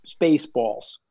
Spaceballs